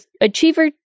Achiever